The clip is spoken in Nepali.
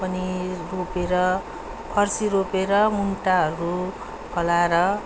पनि रोपेर फर्सी रोपेर मुन्टाहरू फलाएर